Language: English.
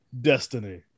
destiny